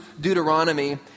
Deuteronomy